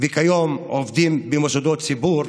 וכיום עובדים במוסדות ציבור,